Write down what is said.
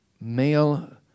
male